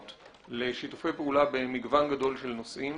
לשיתופי פעולה במגוון גדול של נושאים.